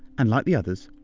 and like the others,